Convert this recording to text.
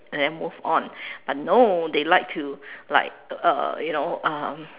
and then move on but no they like to like uh you know um